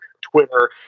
Twitter